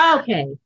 Okay